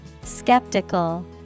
Skeptical